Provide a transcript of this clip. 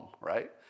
right